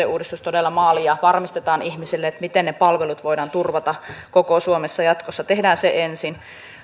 uudistus todella maaliin ja varmistetaan ihmisille miten ne palvelut voidaan turvata koko suomessa jatkossa tehdään se ensin